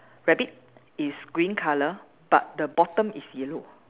rabbit is green colour but the bottom is yellow